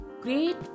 great